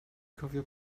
cofio